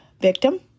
victim